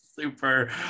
super